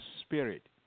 spirit